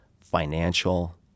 financial